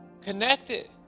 connected